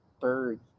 bird